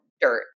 dirt